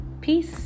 peace